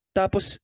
tapos